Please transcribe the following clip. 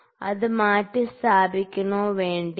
അത് മാറ്റിസ്ഥാപിക്കണോ വേണ്ടയോ